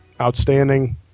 outstanding